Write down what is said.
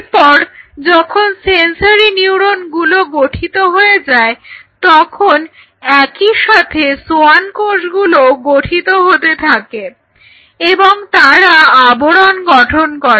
এরপর যখন সেনসরি নিউরণগুলো গঠিত হয়ে যায় তখন একই সাথে সোয়ান কোষগুলোও গঠিত হতে থাকে এবং তারা আবরণ গঠন করে